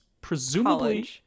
presumably